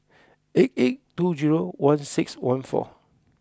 eight eight two zero one six one four